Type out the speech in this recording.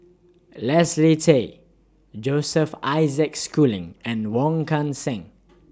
Leslie Tay Joseph Isaac Schooling and Wong Kan Seng